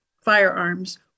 firearms